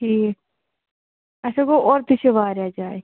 ٹھیٖک آچھا گوٚو اوٚرٕ تہِ چھِ واریاہ جایہِ